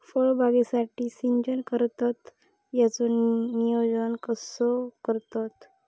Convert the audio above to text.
फळबागेसाठी सिंचन करतत त्याचो नियोजन कसो करतत?